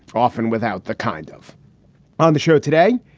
often without the kind of on the show today.